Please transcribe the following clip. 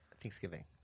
Thanksgiving